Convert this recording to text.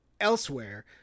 elsewhere